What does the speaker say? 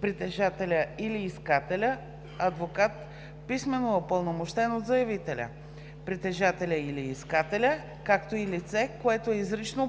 притежателя или искателя, адвокат, писмено упълномощен от заявителя, притежателя или искателя, както и лице, което е изрично